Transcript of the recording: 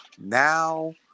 Now